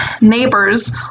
neighbors